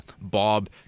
Bob